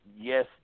yes